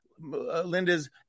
Linda's